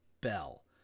Bell